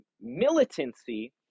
militancy